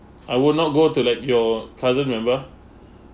I will not go to let your cousin remember